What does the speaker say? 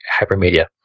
hypermedia